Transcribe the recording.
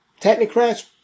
Technocrats